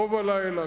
רוב הלילה,